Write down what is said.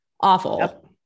awful